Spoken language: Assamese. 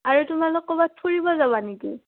আৰু তোমালোক ক'বাত ফুৰিব যাবা নেকি